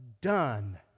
done